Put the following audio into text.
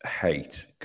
hate